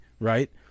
right